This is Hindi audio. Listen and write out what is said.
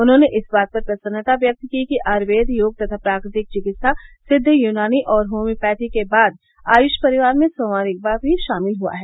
उन्होंने इस बात पर प्रसन्नता व्यक्त की कि आयुर्वेद योग तथा प्राकृतिक चिकित्सा सिद्व यूनानी और होम्योर्ष्थी के बाद आय्ष परिवार में सोवा रिगपा भी शामिल हुआ है